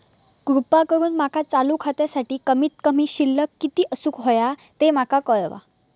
कृपा करून माका चालू खात्यासाठी कमित कमी शिल्लक किती असूक होया ते माका कळवा